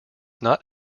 not